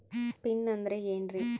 Pin ಅಂದ್ರೆ ಏನ್ರಿ?